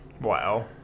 Wow